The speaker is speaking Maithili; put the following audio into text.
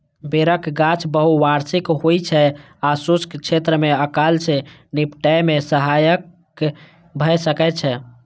बेरक गाछ बहुवार्षिक होइ छै आ शुष्क क्षेत्र मे अकाल सं निपटै मे सहायक भए सकै छै